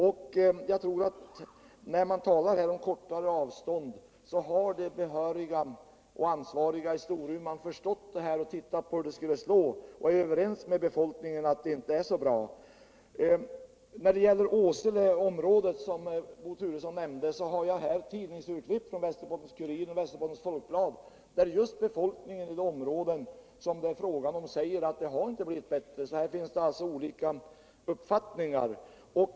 De behöriga och ansvariga i Kiruna har förstått talet om korta avstånd och tittat på hur det skulle slå. och de är överens med befolkningen om att det inte är så bra. När det gäller Åseletområdet, som Bo Turesson nämnde, så har jag här tidningsurklipp från Västerbottens-Kuriren och Västerbottens Folkblad, där just befolkningen i de områden som det är fråga om säger att det inte har blivit bättre. Här finns det alltså otika uppfattningar.